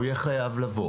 הוא יהיה חייב לבוא,